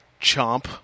Chomp